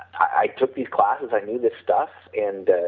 i took these classes, i need the stuff and